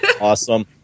awesome